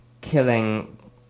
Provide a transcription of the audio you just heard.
killing